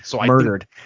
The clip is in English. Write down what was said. Murdered